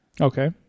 Okay